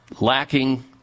lacking